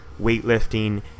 weightlifting